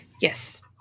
Yes